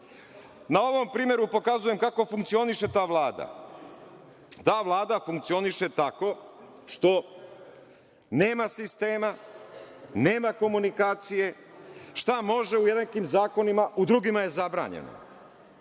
ovom primeru pokazujem kako funkcioniše ta Vlada. Ta Vlada funkcioniše tako što nema sistema, nema komunikacije, šta može u nekim zakonima, u drugima je zabranjeno.